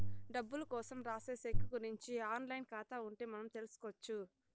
డబ్బులు కోసం రాసే సెక్కు గురుంచి ఆన్ లైన్ ఖాతా ఉంటే మనం తెల్సుకొచ్చు